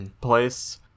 place